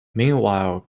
meanwhile